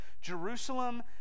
Jerusalem